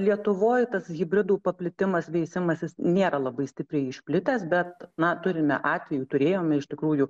lietuvoj tas hibridų paplitimas veisimasis nėra labai stipriai išplitęs bet na turime atvejų turėjome iš tikrųjų